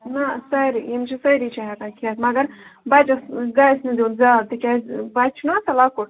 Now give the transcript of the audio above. نَہ سٲرے یِم چھِ سٲری چھِ ہیٚکان کھیٚتھ مگر بَچس گَژھہِ نہٕ دیُن زیادٕ تکیازِ بچہٕ چھُنَہ آسان لَکوٹ